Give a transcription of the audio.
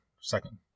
Second